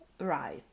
right